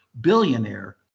billionaire